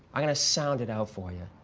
i'm gonna sound it out for you.